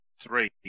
three